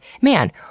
man